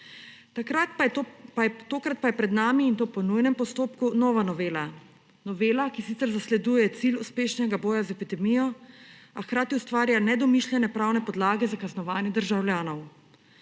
organizirajo. Tokrat pa je pred nami, in to po nujnem postopku, nova novela; novela, ki sicer zasleduje cilj uspešnega boja z epidemijo, a hkrati ustvarja nedomišljene pravne podlage za kaznovanje državljanov.